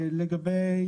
לגבי